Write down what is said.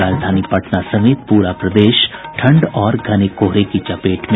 और राजधानी पटना समेत पूरा प्रदेश ठंड और घने कोहरे की चपेट में